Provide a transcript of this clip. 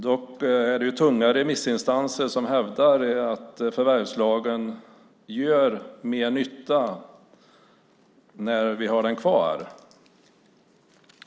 Dock hävdar tunga remissinstanser att det är mer nytta med att ha förvärvslagen kvar.